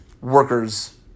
workers